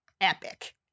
epic